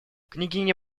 княгиня